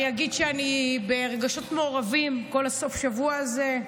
אני אגיד שאני ברגשות מעורבים כל סוף השבוע הזה,